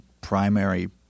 primary